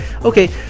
Okay